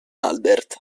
albert